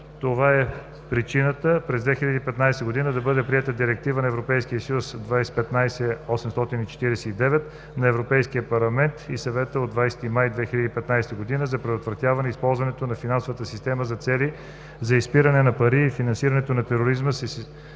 Това е причината през 2015 г. да бъде приета Директива (ЕС) 2015/849 на Европейския парламент и Съвета от 20 май 2015 г. за предотвратяване използването на финансовата система за целите на изпирането на пари и финансирането на тероризма,